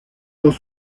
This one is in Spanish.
dos